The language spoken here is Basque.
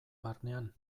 barnean